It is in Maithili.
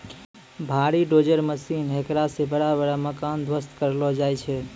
भारी डोजर मशीन हेकरा से बड़ा बड़ा मकान ध्वस्त करलो जाय छै